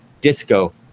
disco